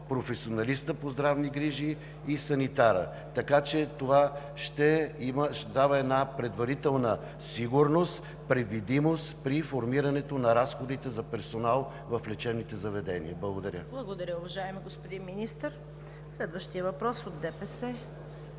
професионалистът по здравни грижи и санитарят. Така че това ще дава една предварителна сигурност, предвидимост при формирането на разходите за персонал в лечебните заведения. Благодаря. ПРЕДСЕДАТЕЛ ЦВЕТА КАРАЯНЧЕВА: Благодаря, уважаеми господин Министър. Следващият въпрос е от ДПС.